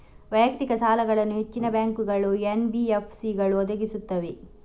ವೈಯಕ್ತಿಕ ಸಾಲಗಳನ್ನು ಹೆಚ್ಚಿನ ಬ್ಯಾಂಕುಗಳು, ಎನ್.ಬಿ.ಎಫ್.ಸಿಗಳು ಒದಗಿಸುತ್ತವೆ